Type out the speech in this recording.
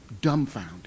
dumbfounded